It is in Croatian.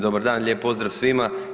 Dobar dan, lijep pozdrav svima.